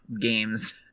games